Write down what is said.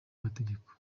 amategeko